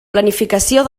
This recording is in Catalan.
planificació